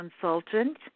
consultant